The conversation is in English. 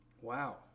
Wow